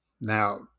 Now